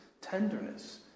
tenderness